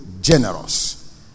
generous